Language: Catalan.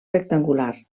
rectangular